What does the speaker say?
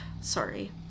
sorry